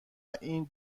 این